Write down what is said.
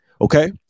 Okay